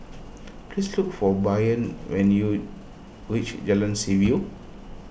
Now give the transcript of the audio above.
please look for Bryant when you reach Jalan Seaview